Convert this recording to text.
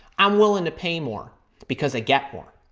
i'm willing to pay more because i get more.